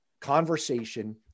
conversation